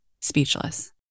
speechless